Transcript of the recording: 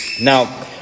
Now